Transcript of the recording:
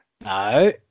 No